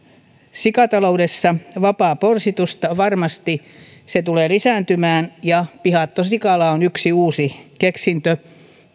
sikataloudessa vapaa porsitus varmasti tulee lisääntymään ja pihattosikala on yksi uusi keksintö